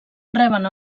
reben